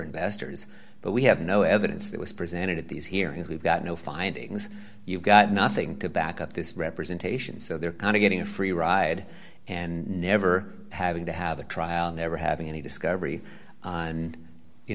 investors but we have no evidence that was presented at these hearings we've got no findings you've got nothing to back up this representation so they're kind of getting a free ride and never having to have a trial never having any discovery and you